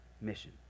mission